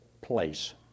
place